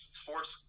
sports